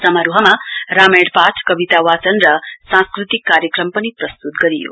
समारोह रामायण पाठ कविताल वाचन र सांस्कृतिक कार्यक्रममा पनि प्रस्तुत गरियो